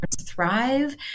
thrive